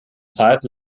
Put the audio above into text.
zeit